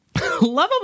Lovable